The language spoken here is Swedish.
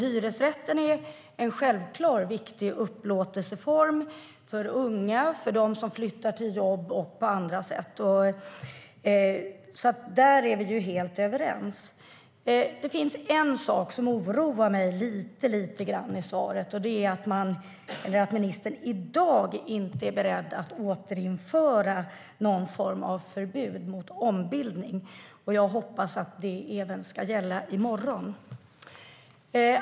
Hyresrätten är en självklar och viktig upplåtelseform för unga, för dem som flyttar till jobb och för andra. Där är vi helt överens. Det finns en sak som oroar mig lite grann i svaret. Det är att ministern i dag inte är beredd att återinföra någon form av förbud mot ombildning. Jag hoppas att det även ska gälla i morgon.